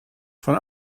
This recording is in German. von